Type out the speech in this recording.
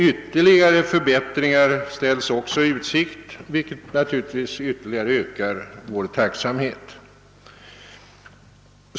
Ytterligare förbättringar ställs i utsikt, vilket naturligtvis ökar vår tacksamhet ännu mer.